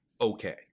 okay